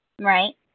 right